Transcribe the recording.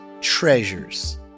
treasures